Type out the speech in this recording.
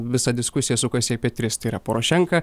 visa diskusija sukasi apie tris tai yra porošenka